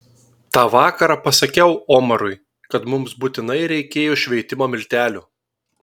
tą vakarą pasakiau omarui kad mums būtinai reikėjo šveitimo miltelių